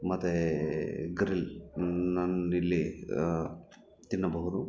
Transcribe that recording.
ಮತ್ತು ಗ್ರಿಲ್ ನಂದಿಲ್ಲಿ ತಿನ್ನಬಹುದು